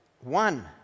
one